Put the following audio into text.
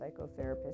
psychotherapist